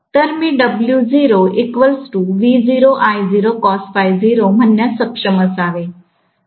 तर मी म्हणण्यास सक्षम असावे